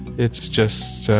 it's just so